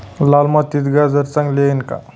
लाल मातीत गाजर चांगले येईल का?